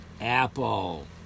Apple